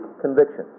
conviction